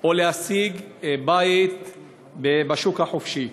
או להשיג בית בשוק החופשי.